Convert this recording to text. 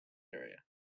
area